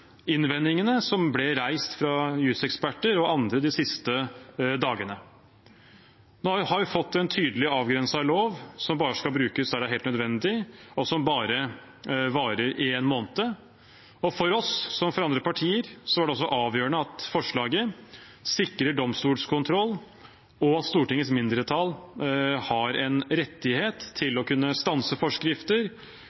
innvendingene som ble reist fra juseksperter og andre de siste dagene. Nå har vi fått en tydelig avgrenset lov som bare skal brukes der det er helt nødvendig, og som bare varer i én måned. For oss som for andre partier var det avgjørende at forslaget sikrer domstolskontroll, og at Stortingets mindretall har en rettighet til